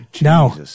No